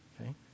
okay